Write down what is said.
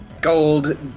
Gold